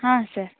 ಹಾಂ ಸರ್